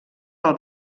pel